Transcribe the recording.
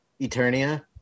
Eternia